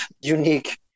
unique